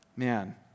Man